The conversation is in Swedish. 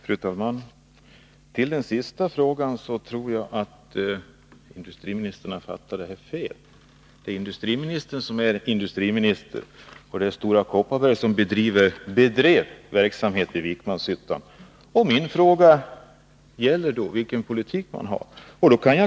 Fru talman! När det gäller den sista frågan tror jag att industriministern har fattat fel. Det är han som är industriminister, och det är Stora Kopparberg som bedrev verksamhet i Vikmanshyttan. Min fråga gäller vilken politik man har.